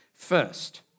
First